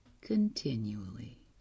continually